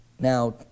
Now